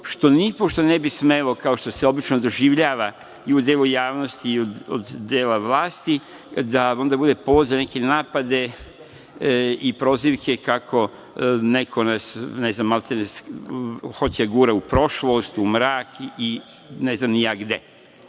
što nipošto ne bi smelo, kao što se obično doživljava i u delu javnosti i od dela vlasti, da ona bude povod za neke napade i prozivke kako neko nas, ne znam, hoće da gura u prošlost, u mrak i ne znam ni ja gde. Ne,